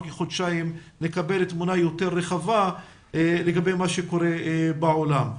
כחודשיים נקבל תמונה יותר רחבה לגבי מה שקורה בעולם.